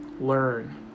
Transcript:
learn